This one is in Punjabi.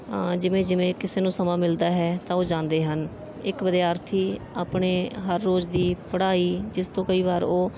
ਆਂ ਜਿਵੇਂ ਜਿਵੇਂ ਕਿਸੇ ਨੂੰ ਸਮਾਂ ਮਿਲਦਾ ਹੈ ਤਾਂ ਉਹ ਜਾਂਦੇ ਹਨ ਇੱਕ ਵਿਦਿਆਰਥੀ ਆਪਣੇ ਹਰ ਰੋਜ਼ ਦੀ ਪੜ੍ਹਾਈ ਜਿਸ ਤੋਂ ਕਈ ਵਾਰ ਉਹ